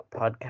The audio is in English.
podcast